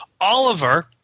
Oliver